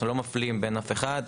אנחנו לא מפלים בין אף אחד.